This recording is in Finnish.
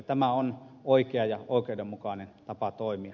tämä on oikea ja oikeudenmukainen tapa toimia